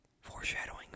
Foreshadowing